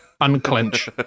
unclench